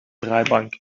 draaibank